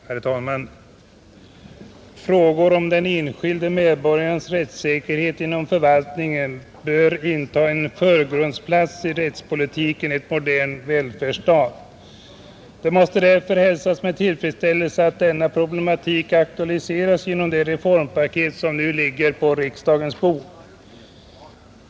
Herr talman! Frågor om de enskilda medborgarnas rättssäkerhet inom förvaltningen bör inta en förgrundsplats i rättspolitiken i en modern välfärdsstat. Det måste därför hälsas med tillfredsställelse att denna problematik har aktualiserats genom det reformpaket som nu ligger på riksdagens bord.